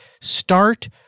start